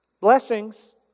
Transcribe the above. Blessings